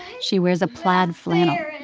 she wears a plaid flannel,